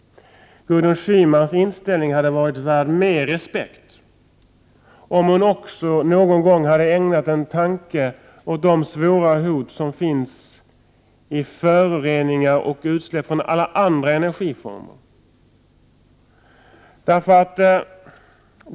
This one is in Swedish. Gudrun Schymans inställning hade varit värd mer respekt om hon någon gång också hade ägnat en tanke åt de svåra hot som finns i föroreningar och utsläpp från alla andra energiformer.